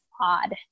odd